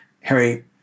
Harry